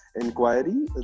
inquiry